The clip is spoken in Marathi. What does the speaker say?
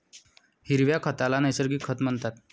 हिरव्या खताला नैसर्गिक खत म्हणतात